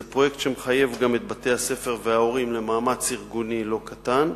זה פרויקט שמחייב את בתי-הספר וההורים למאמץ ארגוני לא קטן,